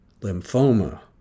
lymphoma